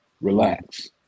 Relax